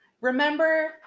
Remember